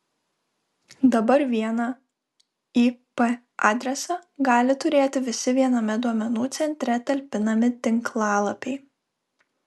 dabar vieną ip adresą gali turėti visi viename duomenų centre talpinami tinklalapiai